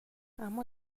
اما